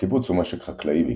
הקיבוץ הוא משק חקלאי בעיקרו,